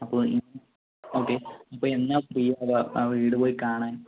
അപ്പോൾ ഓക്കെ അപ്പം എന്നാൽ ഫ്രീ ആവുക ആ വീട് പോയി കാണാൻ